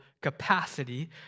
capacity